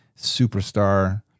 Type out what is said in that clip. superstar